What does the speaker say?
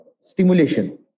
stimulation